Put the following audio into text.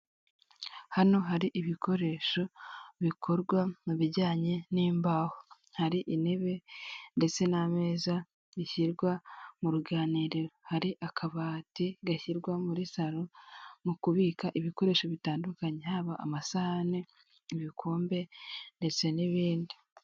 Abagabo n'abagore bari mu cyumba cy'uruganiriro gisize irange ry'umweru kirimo amatara ari kwaka, bicaye ku meza n'intebe by'umukara. Ayo meza ateretseho amazi yo mu macupa yo kunywa ndetse na mudasobwa.